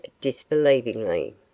disbelievingly